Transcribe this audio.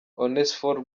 onesphore